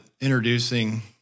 introducing